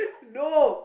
no